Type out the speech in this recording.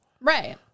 Right